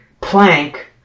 plank